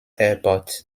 airport